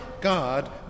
God